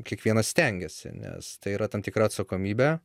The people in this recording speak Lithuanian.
kiekvienas stengiasi nes tai yra tam tikra atsakomybė